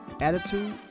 attitude